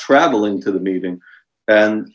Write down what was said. traveling to the meeting and